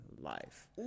Life